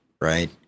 right